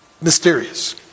mysterious